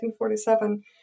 1947